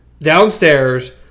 downstairs